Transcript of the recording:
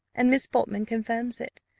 and miss portman confirms it.